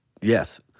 Yes